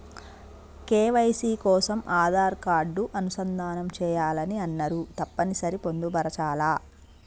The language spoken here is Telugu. కే.వై.సీ కోసం ఆధార్ కార్డు అనుసంధానం చేయాలని అన్నరు తప్పని సరి పొందుపరచాలా?